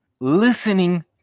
listening